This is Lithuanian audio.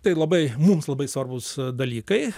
tai labai mums labai svarbūs dalykai